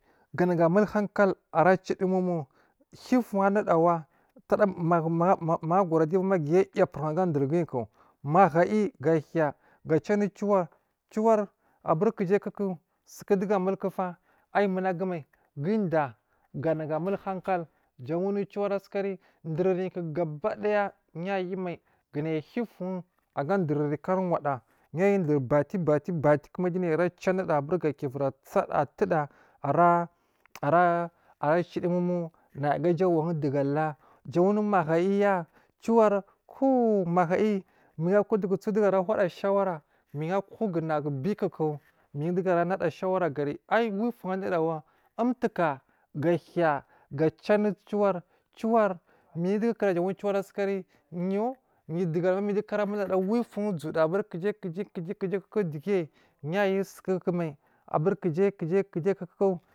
Ganagu a mul hankal ara cidimomo hiyi von a nudawa tada maga a gora diyu aban ma gaya a yaburin a ga odurguyuko mahayi ga hiya ga ciwo anu ciwar aburi ku jai kuku suku duga a mulkufa ayi munagu mai gu da ganagu amal hankal jan wanu ciwar asukari duri, riyu ku gaba daya yayu mai gu nai ahiya ufun a ga du’ririyu ku ar wadda yay u duri bati batiku dunai ra ciwo anuda aburi ga kivir a tsa atuda ara cidimomo naya o gaja wandugal la, jan wanu mahayi ya ciwar kuu mahayi miyi a kugu su dugu ara huda shawara minkugu su dugu ara huda shara naku bikuko min dugu ara hoda shawaragari ai wi fun anudawa, umtuka ga hiya ga ciwo anu ciwar minduga yikura, yu yodigal midukuku ara milidara wifun uzuda abur kujai kujai kuku dige yayu sukuku mai abur kujai kujai kuku ya yomai.